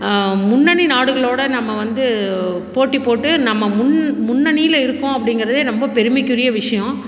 முண்ணனி நாடுகளோடு நம்ம வந்து போட்டி போட்டு நம்ம முன் முண்ணனியில் இருக்கோம் அப்படிங்கறதே ரொம்ப பெருமைக்குரிய விஷயோம்